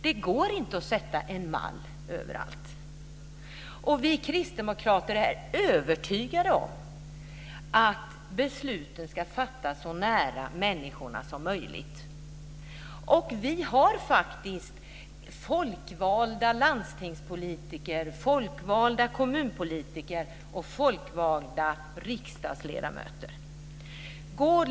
Det går inte att lägga en mall överallt. Vi kristdemokrater är övertygade om att besluten ska fattas så nära människorna som möjligt. Vi har faktiskt folkvalda landstingspolitiker, folkvalda kommunpolitiker och folkvalda riksdagsledamöter.